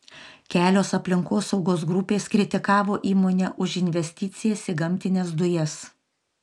kelios aplinkosaugos grupės kritikavo įmonę už investicijas į gamtines dujas